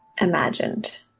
imagined